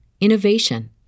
innovation